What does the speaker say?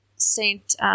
Saint